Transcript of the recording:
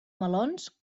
melons